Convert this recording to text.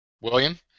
William